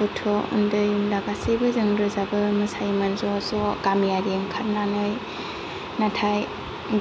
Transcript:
गथ' उन्दै उन्ला गासिबोजों रोजाबो मोसायोमोन ज' ज' गामियारि ओंखारनानै नाथाय